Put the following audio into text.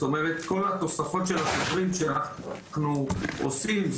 כל התוספות של השוטרים שאנחנו עושים,